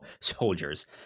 soldiers